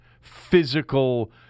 physical